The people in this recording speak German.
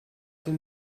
den